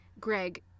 Greg